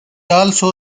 also